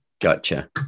gotcha